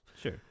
Sure